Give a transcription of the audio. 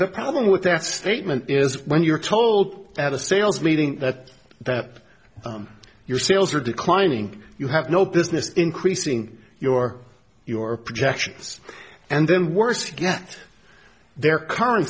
the problem with that statement is when you're told at a sales meeting that your sales are declining you have no business increasing your your projections and then worse to get their current